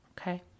Okay